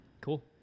cool